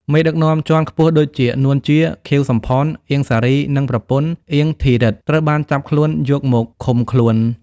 មេដឹកនាំជាន់ខ្ពស់ដូចជា នួន ជា, ខៀវ សំផន, អៀង សារី និងប្រពន្ធ អៀង ធីរិទ្ធ ត្រូវបានចាប់ខ្លួនយកមកឃុំខ្លួន។